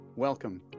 Welcome